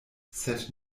sed